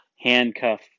handcuff